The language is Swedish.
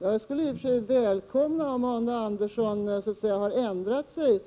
Jag skulle välkomna om Arne Andersson har ändrat sig